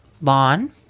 lawn